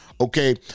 Okay